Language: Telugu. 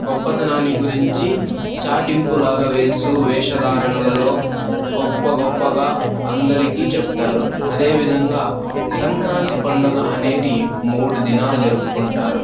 గొప్పదనాన్ని గురించి చాటింపులాగా వేస్తూ వేషా ధారణలో గొప్ప గొప్పగా అందరికి చెప్తారు అదేవిధంగా సంక్రాంతి పండుగ అనేది మూడు దినాలు జరుపుకుంటారు